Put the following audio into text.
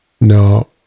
No